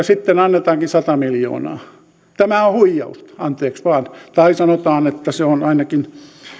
sitten annetaankin sata miljoonaa tämä on huijausta anteeksi vaan tai sanotaan että se on ainakin